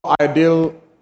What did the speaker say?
ideal